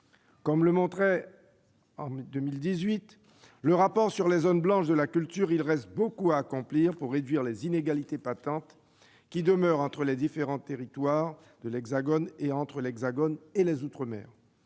Comme le montrait en 2018 le rapport sur les zones blanches de la culture, il reste beaucoup à accomplir pour réduire les inégalités patentes qui demeurent entre les différents territoires de l'Hexagone, et entre l'Hexagone et les outre-mer.